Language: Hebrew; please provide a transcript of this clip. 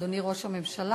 אדוני ראש הממשלה,